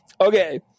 Okay